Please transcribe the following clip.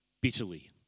bitterly